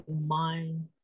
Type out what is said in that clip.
mind